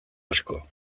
asko